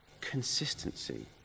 consistency